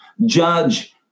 Judge